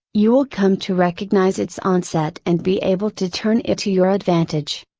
you will come to recognize its onset and be able to turn it to your advantage.